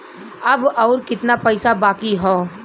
अब अउर कितना पईसा बाकी हव?